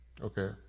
okay